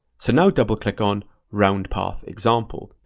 so now double click on round path example.